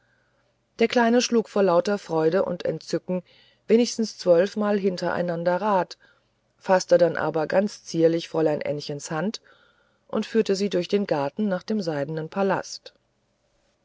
der kleine schlug vor lauter freude und entzücken wenigstens zwölfmal hintereinander rad faßte dann aber sehr zierlich fräulein ännchens hand und führte sie durch den garten nach dem seidnen palast